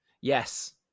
Yes